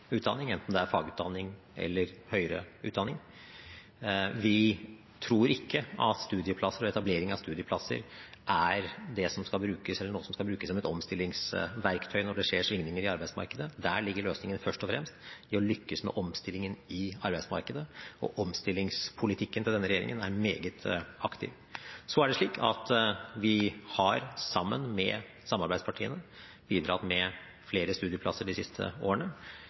utdanning, enten det er fagutdanning eller høyere utdanning. Vi tror ikke at studieplasser og etablering av studieplasser er noe som skal brukes som et omstillingsverktøy når det skjer svingninger i arbeidsmarkedet. Der ligger løsningen først og fremst i å lykkes med omstilling i arbeidsmarkedet. Omstillingspolitikken til denne regjeringen er meget aktiv. Vi har sammen med samarbeidspartiene bidratt med flere studieplasser de siste årene.